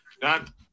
Done